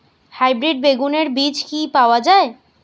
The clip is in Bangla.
হাইব্রিড বেগুনের বীজ কি পাওয়া য়ায়?